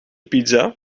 pizza